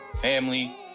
family